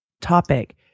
topic